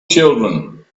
children